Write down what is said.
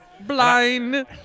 Blind